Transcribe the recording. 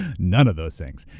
none of those things.